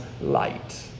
light